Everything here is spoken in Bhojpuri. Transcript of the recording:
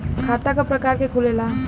खाता क प्रकार के खुलेला?